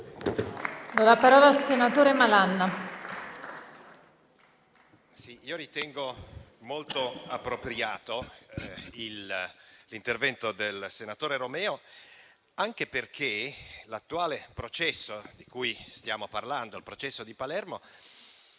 ha facoltà. MALAN *(FdI)*. Io ritengo molto appropriato l'intervento del senatore Romeo, anche perché l'attuale processo di cui stiamo parlando, il processo di Palermo,